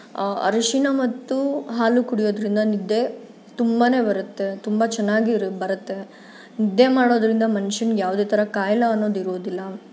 ಅರಶಿಣ ಮತ್ತು ಹಾಲು ಕುಡಿಯೋದರಿಂದ ನಿದ್ದೆ ತುಂಬಾ ಬರುತ್ತೆ ತುಂಬ ಚೆನ್ನಾಗಿ ಇರು ಬರುತ್ತೆ ನಿದ್ದೆ ಮಾಡೋದರಿಂದ ಮನ್ಷಂಗೆ ಯಾವುದೇ ಥರ ಖಾಯಿಲೆ ಅನ್ನೋದು ಇರೋದಿಲ್ಲ